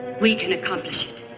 we can accomplish it,